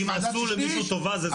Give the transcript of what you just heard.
אם עשו למישהו טובה, זה זכות?